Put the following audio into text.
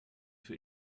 für